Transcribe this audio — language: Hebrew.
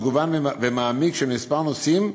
מגוון ומעמיק של כמה נושאים,